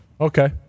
Okay